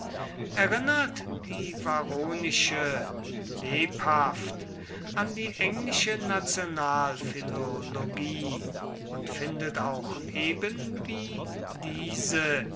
erinnert die varronische lebhaft an die englische nationalphilologie und findet auch ebenwie diese